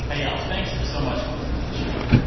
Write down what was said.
hey, y'all. thanks so much for listening to the show.